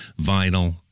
vinyl